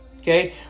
Okay